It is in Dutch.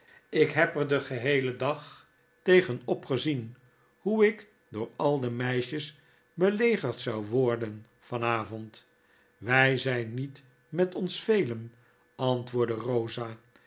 ik heb er den geheelen dag tegen opgezien hoe ik door al de meisjes belegerd zou worden van avond wy zijn niet met ons velen antwoordde rosa